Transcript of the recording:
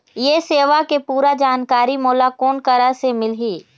ये सेवा के पूरा जानकारी मोला कोन करा से मिलही?